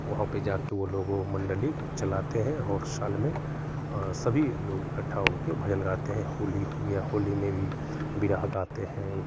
वहाँ पे जाके वो लोग वो मण्डली चलाते हैं और शाल में सभी लोग इकट्ठा होके भजन गाते हैं होली हो या होली में भी बिरहा गाते हैं